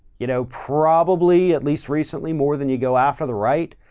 you know, probably at least recently more than you go after the right.